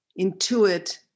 intuit